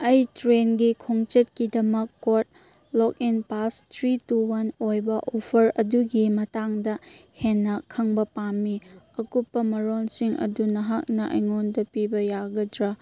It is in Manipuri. ꯑꯩ ꯇ꯭ꯔꯦꯟꯒꯤ ꯈꯣꯡꯆꯠꯀꯤꯗꯃꯛ code lock in pass three two one offer ꯑꯣꯐꯔ ꯑꯗꯨꯒꯤ ꯃꯇꯥꯡꯗ ꯍꯦꯟꯅ ꯈꯪꯕ ꯄꯥꯝꯃꯤ ꯑꯀꯨꯞꯄ ꯃꯔꯣꯜꯁꯤꯡ ꯑꯗꯨ ꯅꯍꯥꯛꯅ ꯑꯩꯉꯣꯟꯗ ꯄꯤꯕ ꯌꯥꯒꯗ꯭ꯔꯥ